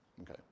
Okay